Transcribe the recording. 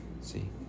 See